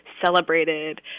celebrated